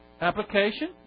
Application